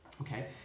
Okay